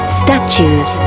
statues